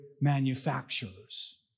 manufacturers